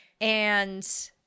And-